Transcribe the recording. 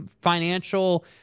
financial